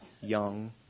young